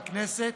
בכנסת.